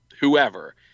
whoever